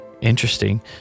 interesting